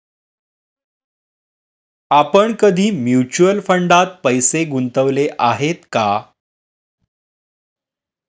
आपण कधी म्युच्युअल फंडात पैसे गुंतवले आहेत का?